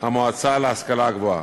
המועצה להשכלה גבוהה.